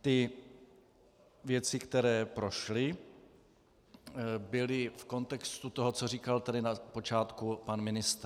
Ty věci, které prošly, byly v kontextu toho, co říkal na počátku pan ministr.